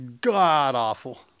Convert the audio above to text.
god-awful